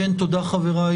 תודה, חבריי